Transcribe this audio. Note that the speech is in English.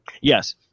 Yes